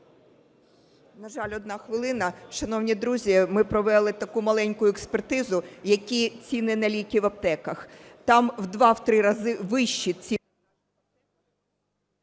На жаль, одна хвилина. Шановні друзі, ми провели таку маленьку експертизу, які ціни на ліки в аптеках. Там в два-три рази вищі ціни...